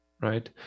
right